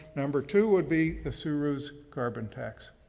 number two would be the subaru bruise carbon tax.